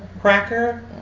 cracker